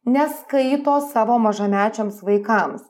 neskaito savo mažamečiams vaikams